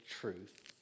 truth